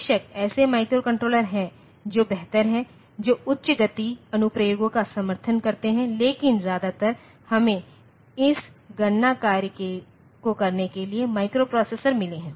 बेशक ऐसे माइक्रोकंट्रोलर हैं जो बेहतर हैं जो उच्च गति अनुप्रयोगों का समर्थन करते हैं लेकिन ज्यादातर हमें इस गणना कार्य को करने के लिए माइक्रोप्रोसेसर मिले हैं